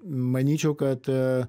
manyčiau kad